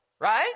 right